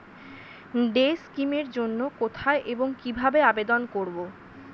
Day scheme এর জন্য কোথায় এবং কিভাবে আবেদন করব?